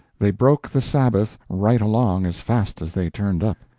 they broke the sabbaths right along as fast as they turned up.